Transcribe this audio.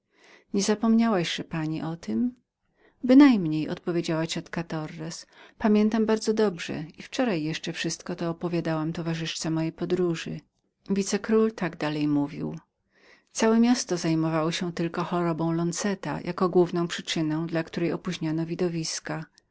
pieśni niezapomniałaś że pani o tem bynajmniej odpowiedziała pamiętam bardzo dobrze i wczoraj jeszcze wszystko to opowiadałam towarzyszce mojej podróży wicekról tak dalej mówił całe miasto zajmowało się tylko chorobą lonzeta jako główną przyczyną dla której opoźniano widowiska